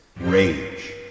Rage